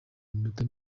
minota